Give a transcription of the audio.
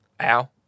Ow